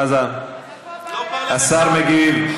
השר מגיב.